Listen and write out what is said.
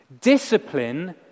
Discipline